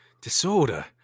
disorder